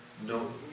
no